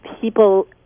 people